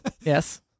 Yes